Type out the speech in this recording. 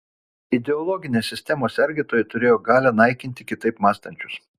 ideologinės sistemos sergėtojai turėjo galią naikinti kitaip mąstančius